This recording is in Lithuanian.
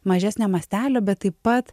mažesnio mastelio bet taip pat